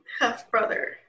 half-brother